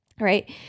right